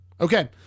Okay